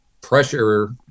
pressure